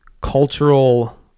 cultural